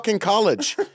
College